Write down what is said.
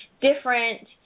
different